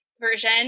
version